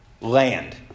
land